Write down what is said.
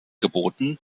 geboten